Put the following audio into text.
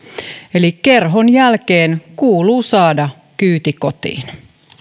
eli kerhon jälkeen kuuluu saada kyyti kotiin